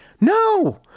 No